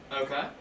Okay